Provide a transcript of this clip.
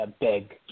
big